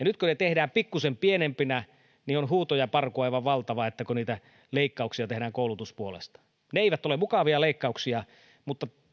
nyt kun ne tehdään pikkuisen pienempinä niin on huuto ja parku aivan valtava kun niitä leikkauksia tehdään koulutuspuolesta ne eivät ole mukavia leikkauksia mutta